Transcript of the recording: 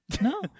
No